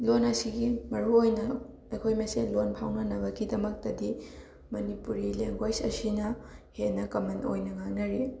ꯂꯣꯟ ꯑꯁꯤꯒꯤ ꯃꯔꯨꯑꯣꯏꯅ ꯑꯩꯈꯣꯏ ꯃꯁꯦꯜ ꯂꯣꯟ ꯐꯥꯎꯅꯕꯒꯤꯗꯃꯛꯇꯗꯤ ꯃꯅꯤꯄꯨꯔꯤ ꯂꯦꯡꯒ꯭ꯋꯦꯁ ꯑꯁꯤꯅ ꯍꯦꯟꯅ ꯀꯃꯟ ꯑꯣꯏꯅ ꯉꯥꯡꯅꯔꯤ